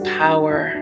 power